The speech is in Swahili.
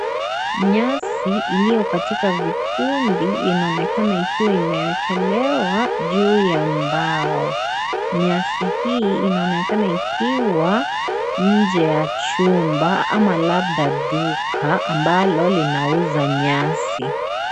Nyasi iliyokatika vikundi inaonekana ikiwa imewekelewa juu ya mbao. Nyasi hii inaonekana ikiwa nje ya chumba ama labda Duka ambalo linauza nyasi.